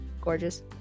gorgeous